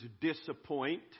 disappoint